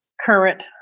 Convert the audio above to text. current